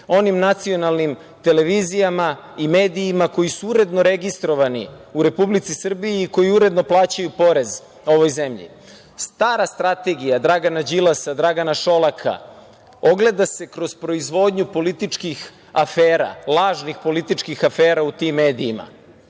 onim nacionalnim televizijama i medijima koji su uredno registrovani u Republici Srbiji i koji uredno plaćaju porez ovoj zemlji. Stara strategija Dragana Đilasa, Dragana Šolaka ogleda se kroz proizvodnju političkih afera, lažnih političkih afera u tim